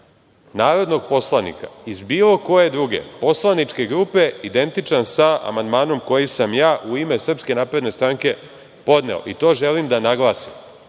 narodnog poslanika iz bilo koje druge poslaničke grupe identičan sa amandmanom koji sam u ime SNS podneo i to želim da naglasim. Ovde